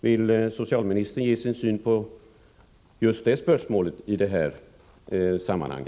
Vill socialministern ge sin syn på just det spörsmålet i detta sammanhang?